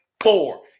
four